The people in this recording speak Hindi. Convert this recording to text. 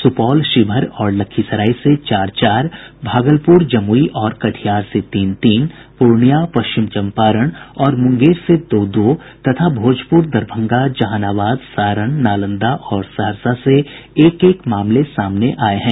सुपौल शिवहर और लखीसराय से चार चार भागलपुर जमुई और कटिहार से तीन तीन पूर्णियां पश्चिम चम्पारण और मुंगेर से दो दो तथा भोजपुर दरभंगा जहानाबाद सारण नालंदा और सहरसा से एक एक मामले सामने आये हैं